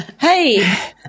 hey